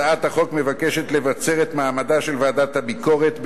הצעת החוק מבקשת לבצר את מעמדה של ועדת הביקורת,